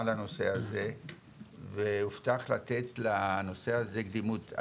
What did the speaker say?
על הנושא הזה והובטח לתת לנושא הזה קדימות.